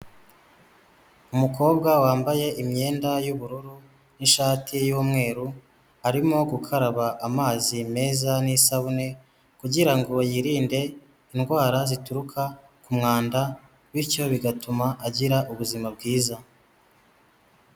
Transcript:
Umukobwa wambaye imyenda y'ubururu n'ishati y'umweru, arimo gukaraba amazi meza n'isabune kugira ngo yirinde indwara zituruka ku mwanda, bityo bigatuma agira ubuzima bwiza.